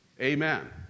Amen